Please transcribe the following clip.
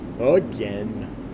Again